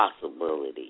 possibility